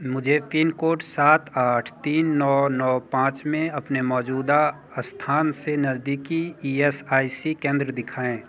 मुझे pin code सात आठ तीन नौ नौ पाँच में अपने मौजूदा स्थान से नज़दीकी ई एस आई सी केंद्र दिखाएँ